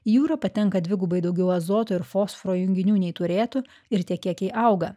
į jūrą patenka dvigubai daugiau azoto ir fosforo junginių nei turėtų ir tie kiekiai auga